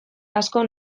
asko